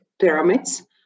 pyramids